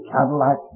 Cadillac